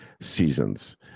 seasons